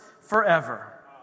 forever